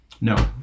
no